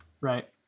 Right